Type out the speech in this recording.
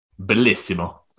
Bellissimo